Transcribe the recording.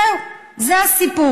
זהו, זה הסיפור.